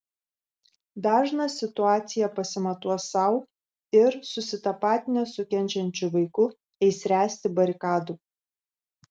dažnas situaciją pasimatuos sau ir susitapatinęs su kenčiančiu vaiku eis ręsti barikadų